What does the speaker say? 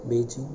Beijing